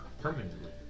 Permanently